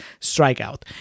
strikeout